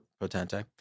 Potente